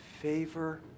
favor